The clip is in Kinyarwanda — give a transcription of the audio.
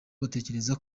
batekereza